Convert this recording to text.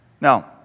Now